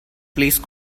please